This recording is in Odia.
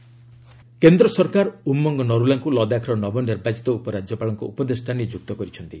ଲଦାଖ ଆପଏଙ୍କମେଣ୍ଟସ କେନ୍ଦ୍ର ସରକାର ଉମଙ୍ଗ ନରୁଲାଙ୍କୁ ଲଦାଖର ନବନିର୍ବାଚିତ ଉପରାଜ୍ୟପାଳଙ୍କ ଉପଦେଷ୍ଟା ନିଯୁକ୍ତ କରିଛନ୍ତି